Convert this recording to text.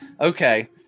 Okay